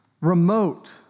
remote